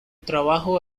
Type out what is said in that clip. trabajo